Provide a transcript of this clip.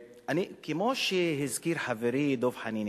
כמו שהזכיר חברי דב חנין,